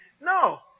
No